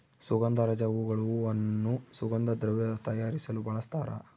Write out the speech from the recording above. ಸುಗಂಧರಾಜ ಹೂಗಳು ಹೂವನ್ನು ಸುಗಂಧ ದ್ರವ್ಯ ತಯಾರಿಸಲು ಬಳಸ್ತಾರ